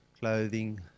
clothing